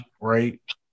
right